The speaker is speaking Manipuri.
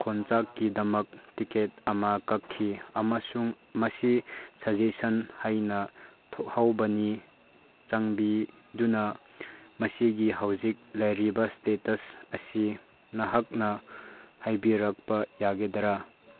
ꯈꯣꯡꯆꯠꯀꯤꯗꯃꯛ ꯇꯤꯀꯦꯠ ꯑꯃ ꯈꯛꯈꯤ ꯑꯃꯁꯨꯡ ꯃꯁꯤ ꯁꯖꯦꯁꯟ ꯍꯥꯏꯅ ꯊꯣꯛꯍꯧꯕꯅꯤ ꯆꯥꯟꯕꯤꯗꯨꯅ ꯃꯁꯤꯒꯤ ꯍꯧꯖꯤꯛ ꯂꯩꯔꯤꯕ ꯏꯁꯇꯦꯇꯁ ꯑꯁꯤ ꯅꯍꯥꯛꯅ ꯍꯥꯏꯕꯤꯔꯛꯄ ꯌꯥꯒꯗ꯭ꯔꯥ